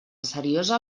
seriosa